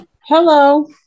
Hello